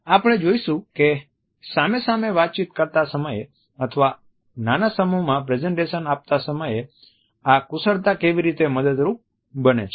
આપણે જોઈશું કે સામે સામે વાતચીત કરતા સમયે અથવા નાંના સમૂહમાં પ્રેઝેંટેશન આપતા સમયે આ કુશળતા કેવી રીતે મદદરૂપ બને છે